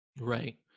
Right